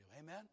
Amen